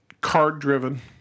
card-driven